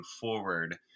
forward